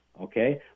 okay